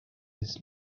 his